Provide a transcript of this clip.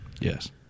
yes